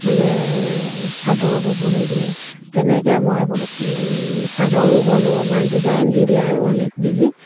মানে চাদৰ ব'বলৈ দিয়ে তেনেকৈ মই বহুত চাদৰো ব'লোঁ মানে ডিজাইন দি দি আৰু ৰ'লেক্স দি দি